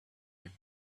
him